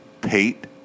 Pate